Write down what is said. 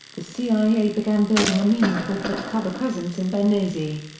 the cia began building a meaningful but covert presence in benghazi.